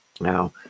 Now